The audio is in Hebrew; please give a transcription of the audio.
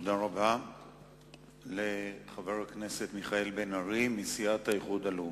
תודה רבה לחבר הכנסת מיכאל בן-ארי מסיעת האיחוד הלאומי.